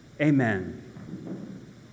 Amen